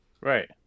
right